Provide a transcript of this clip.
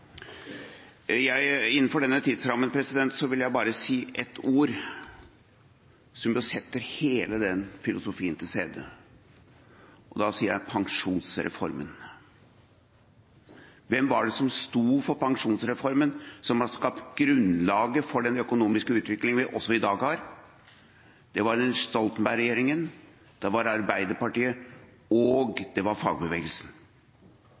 Innenfor denne tidsrammen vil jeg bare si ett ord som setter hele den filosofien til side: Pensjonsreformen! Hvem var det som sto for pensjonsreformen, som har skapt grunnlaget for den økonomiske utviklingen vi også har i dag? Det var Stoltenberg-regjeringen, det var Arbeiderpartiet, og det var fagbevegelsen.